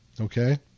Okay